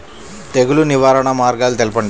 తెగులు నివారణ మార్గాలు తెలపండి?